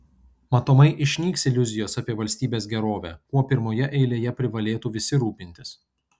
matomai išnyks iliuzijos apie valstybės gerovę kuo pirmoje eilėje privalėtų visi rūpintis